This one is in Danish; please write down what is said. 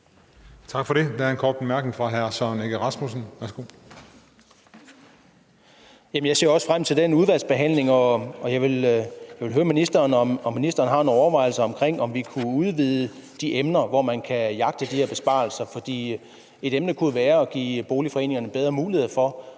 Jeg ser også frem til den udvalgsbehandling. Jeg vil høre ministeren, om ministeren har nogle overvejelser om, om vi kunne udvide de emner, hvor man kan jagte de her besparelser, fordi et emne kunne jo være at give boligforeningerne bedre muligheder for